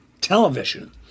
television